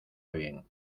bien